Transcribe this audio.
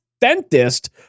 dentist